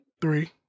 three